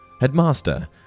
Headmaster